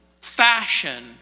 fashion